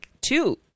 two